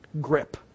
grip